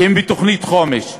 כי הן בתוכנית חומש.